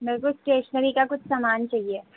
میرے کو اسٹیشنری کا کچھ سامان چاہیے